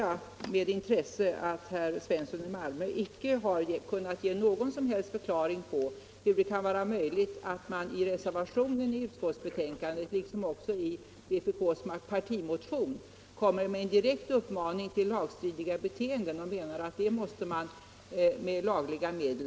Jag noterar med intresse att herr Svensson i Malmö icke kunnat ge någon som helst förklaring till hur det kan vara möjligt att man i den reservation som är fogad till utskottsbetänkandet liksom i vpk:s partimotion kommer med en direkt uppmaning till lagstridiga beteenden och menar att sådana måste tryggas med lagliga medel.